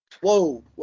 Whoa